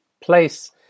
place